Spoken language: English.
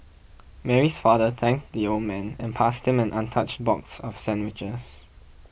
Mary's father thanked the old man and passed him an untouched box of sandwiches